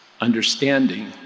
understanding